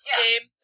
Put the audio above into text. game